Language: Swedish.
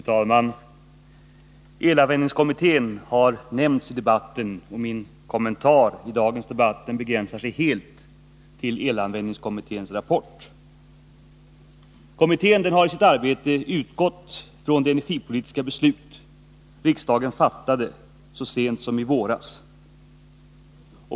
Fru talman! Elanvändningskommittén har nämnts i debatten, och min kommentar till dagens debatt begränsar sig helt till elanvändningskommitténs rapport. Kommittén har i sitt arbete utgått från det energipolitiska beslut riksdagen fattade så sent som i våras.